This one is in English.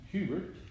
Hubert